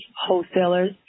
wholesalers